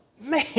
Man